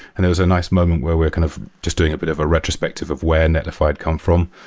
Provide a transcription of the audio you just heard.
and there was a nice moment where we're kind of just doing a bit of a retrospective of where netlify come from.